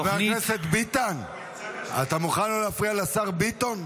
חבר הכנסת ביטן, אתה מוכן לא להפריע לשר ביטון?